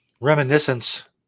reminiscence